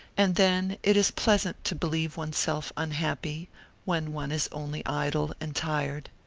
and then it is pleasant to believe oneself unhappy when one is only idle and tired.